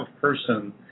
person